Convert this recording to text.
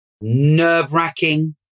nerve-wracking